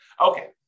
Okay